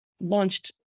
launched